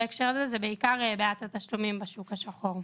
בהקשר הזה זה בעיקר בעיית התשלומים בשוק השחור.